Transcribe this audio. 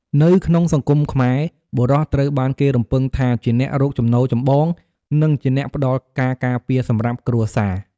នៅក្នុងសង្គមខ្មែរ បុរស ត្រូវបានគេរំពឹងថាជាអ្នករកចំណូលចម្បង និងជាអ្នកផ្ដល់ការការពារសម្រាប់គ្រួសារ។